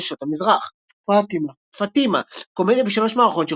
נשות המזרח فاطمة - "פאטימה" - קומדיה בשלוש מערכות,